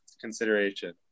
consideration